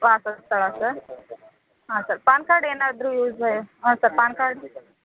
ವಾಸಸ್ಥಳ sir ಹಾಂ sir PAN card ಏನಾದರೂ ಯೂಸ ಹಾಂ ಸರ್ ಪಾನ್ ಕಾರ್ಡ್